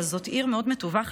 אבל זאת עיר מאוד מטווחת